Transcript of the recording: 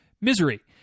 misery